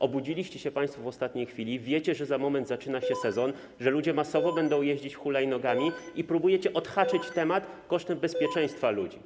Obudziliście się państwo w ostatniej chwili, wiecie, że za moment zaczyna się sezon, że ludzie masowo będą jeździć hulajnogami, i próbujecie odhaczyć temat kosztem bezpieczeństwa ludzi.